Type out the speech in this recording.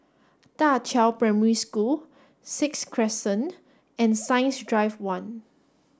Da Qiao Primary School Sixth Crescent and Science Drive one